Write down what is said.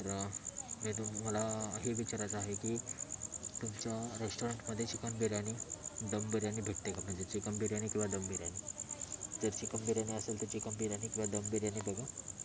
तर मी तुम्हाला हे विचारायचं आहे की तुमच्या रेस्टॉरंटमधे चिकन बिर्यानी दम बिर्यानी भेटते का म्हणजे चिकन बिर्यानी किंवा दम बिर्यानी जर चिकन बिर्यानी असेल तर चिकन बिर्यानी किंवा दम बिर्यानी बघा